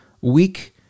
weak